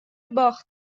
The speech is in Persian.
باخت